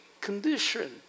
condition